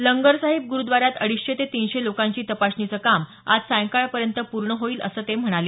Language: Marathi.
लंगर साहिब गुरुद्वारात अडीचशे ते तीनशे लोकांची तपासणीचं काम आज सायंकाळपर्यंत पूर्ण होईल असं ते म्हणाले